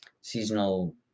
seasonal